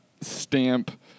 stamp